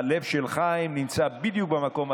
אז אם יש כאן נושא אחד,